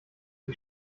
die